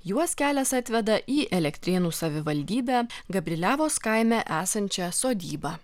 juos kelias atveda į elektrėnų savivaldybę gabriliavos kaime esančią sodybą